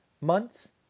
months